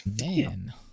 Man